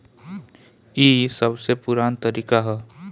ई सबसे पुरान तरीका हअ